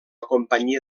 companyia